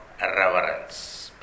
reverence